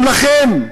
גם לכם.